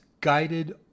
guided